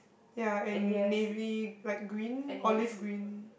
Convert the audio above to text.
ya and navy like green olive green